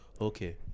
Okay